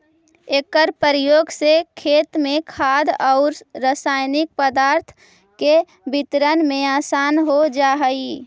एकर प्रयोग से खेत में खाद औउर रसायनिक पदार्थ के वितरण में आसान हो जा हई